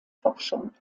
forschung